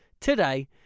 today